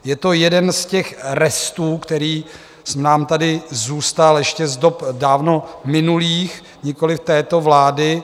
Je to jeden z restů, který nám tady zůstal ještě z dob dávno minulých, nikoliv této vlády.